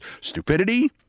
Stupidity